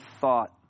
thought